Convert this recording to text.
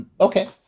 Okay